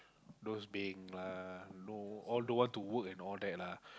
those beng lah know all don't want to work and all that lah